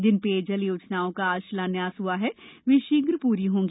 जिन पेयजल योजनाओं का आज शिलान्यास हुआ है वे शीघ्र पूर्ण होंगी